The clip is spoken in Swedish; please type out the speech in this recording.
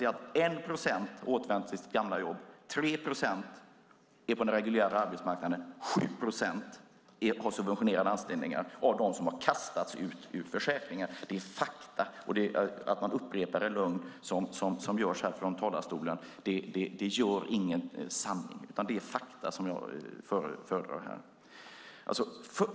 1 procent har återvänt till sitt gamla jobb, 3 procent är på den reguljära arbetsmarknaden och 7 procent har subventionerade anställningar av dem som har kastats ut ur försäkringen. Det är fakta. Att man upprepar en lögn, som görs från talarstolen, gör ingen sanning. Det är fakta som jag föredrar här.